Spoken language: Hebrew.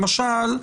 למשל,